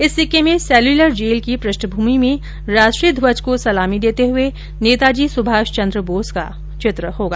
इस सिक्के में सेल्यूलर जेल की पृष्ठभूमि में राष्ट्रीय ध्वज को सलामी देते हुए नेताजी सुभाष चंद्र बोस का चित्र होगा